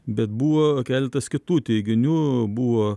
bet buvo keletas kitų teiginių buvo